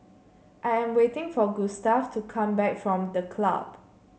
I am waiting for Gustaf to come back from The Club